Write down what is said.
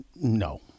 No